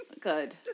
Good